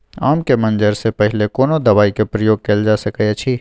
आम के मंजर से पहिले कोनो दवाई के प्रयोग कैल जा सकय अछि?